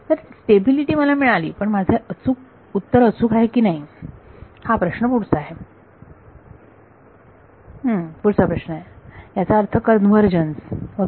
तर स्टॅबिलिटी मला मिळाली पण माझे उत्तर अचूक आहे की नाही हा पुढचा प्रश्न आहे याचा अर्थ कन्वर्जन्स ओके